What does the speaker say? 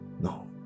No